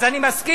אז אני מסכים,